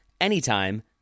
anytime